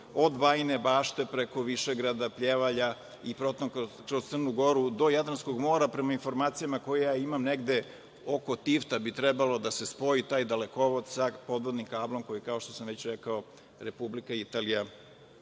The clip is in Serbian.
od Bajine Bašte preko Višegrada, Pljevalja i potom kroz Crnu Goru do Jadranskog mora. Prema informacijama koje ja imam, negde oko Tivta bi trebalo da se spoji taj dalekovod sa podvodnim kablom koji, kao što sam već rekao, Republika Italija